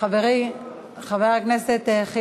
חבר הכנסת רוברט אילטוב יעלה לברך על הצעת החוק המבורכת,